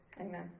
Amen